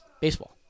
baseball